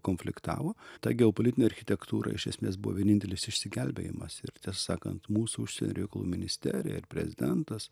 konfliktavo ta geopolitinė architektūra iš esmės buvo vienintelis išsigelbėjimas ir tiesą sakant mūsų užsienio reikalų ministerija ir prezidentas